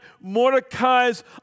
Mordecai's